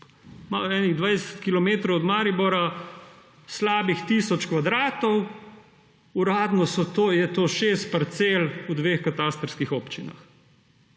od Maribora slabih tisoč kvadratov, uradno je to šest parcel v dveh katastrskih občinah.